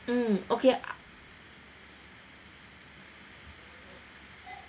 mm okay I